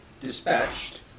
dispatched